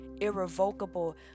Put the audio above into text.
irrevocable